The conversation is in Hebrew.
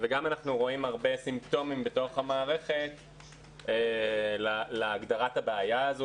אנחנו גם רואים הרבה סימפטומים בתוך המערכת להגדרת הבעיה הזאת.